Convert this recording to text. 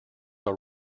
are